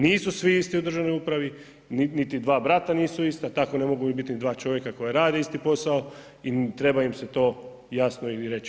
Nisu svi isti u državnoj upravi, niti dva brata nisu ista, tako ne mogu biti niti dva čovjeka koji rade isti posao i treba im se to jasno i reći.